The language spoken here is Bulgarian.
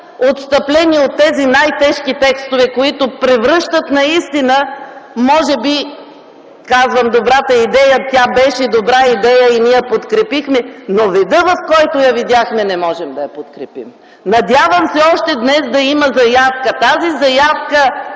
отстъпление от тези най-тежки текстове, които превръщат наистина, може би, казвам, добрата идея – тя беше добра идея и ние я подкрепихме, но във вида, в който я видяхме, не можем да я подкрепим. Надявам се още днес да има заявка. Тази заявка